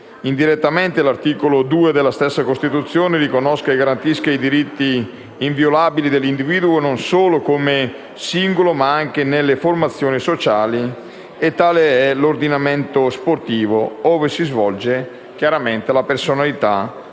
indirettamente, che già l'articolo 2 della Costituzione riconosce e garantisce i diritti inviolabili dell'individuo non solo come singolo, ma anche nelle formazioni sociali (tale è l'ordinamento sportivo ove si svolge la personalità